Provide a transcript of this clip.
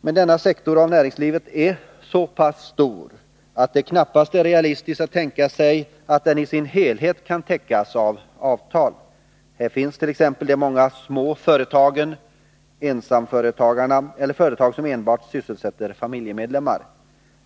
Men denna sektor av näringslivet är så pass stor att det knappast är realistiskt att tänka sig att den i sin helhet kan täckas av avtal. Här finns t.ex. de många små företagen, ensamföretagarna eller företag som enbart sysselsätter familjemedlemmar.